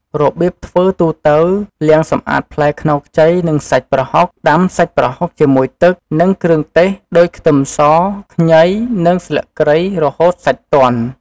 របៀបធ្វើទូទៅ លាងសម្អាតផ្លែខ្នុរខ្ចី និងសាច់ប្រហុក ដាំសាច់ប្រហុកជាមួយទឹក និងគ្រឿងទេសដូចខ្ទឹមស ខ្ញី និងស្លឹកគ្រៃ រហូតសាច់ទន់។